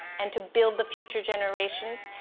and to build the future generations,